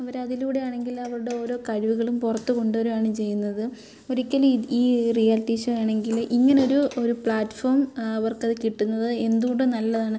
അവരതിലൂടെ ആണെങ്കിൽ അവരുടെ ഓരോ കഴിവുകളും പുറത്ത് കൊണ്ട് വരുവാണ് ചെയ്യുന്നത് ഒരിക്കൽ ഈ ഈ റിയാലിറ്റി ഷോ ആണെങ്കിൽ ഇങ്ങനെയൊരു ഒരു പ്ലാറ്റ്ഫോം അവർക്കത് കിട്ടുന്നത് എന്ത് കൊണ്ടും നല്ലതാണ്